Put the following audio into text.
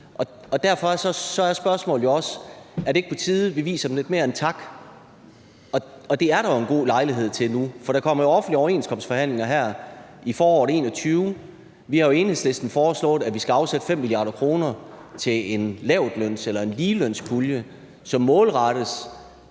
Derfor er spørgsmålet: Er det ikke på tide, at vi giver dem lidt mere end tak? Og det er der jo en god lejlighed til nu, for der kommer offentlige overenskomstforhandlinger her i foråret 2021. Vi har i Enhedslisten foreslået, at vi skal afsætte 5 mia. kr. til en lavtløns- eller en ligelønspulje, som målrettes